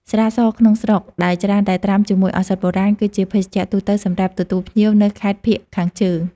ស្រាសក្នុងស្រុក ដែលច្រើនតែត្រាំជាមួយឱសថបុរាណ គឺជាភេសជ្ជៈទូទៅសម្រាប់ទទួលភ្ញៀវនៅខេត្តភាគខាងជើង។